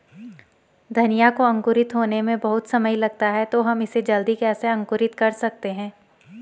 धनिया को अंकुरित होने में बहुत समय लगता है तो हम इसे जल्दी कैसे अंकुरित कर सकते हैं?